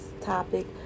topic